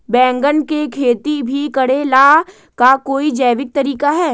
बैंगन के खेती भी करे ला का कोई जैविक तरीका है?